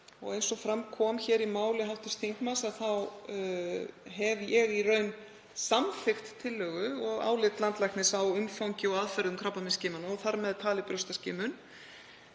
Eins og fram kom í máli hv. þingmanns hef ég í raun samþykkt tillögu og álit landlæknis á umfangi og aðferðum krabbameinsskimana og þar með talið brjóstaskimun.